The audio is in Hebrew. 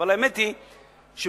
האמת היא שלפחות